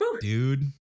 Dude